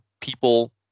people